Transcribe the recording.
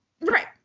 Right